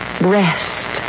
rest